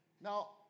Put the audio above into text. Now